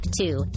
two